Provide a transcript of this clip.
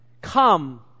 come